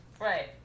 Right